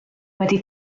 wedi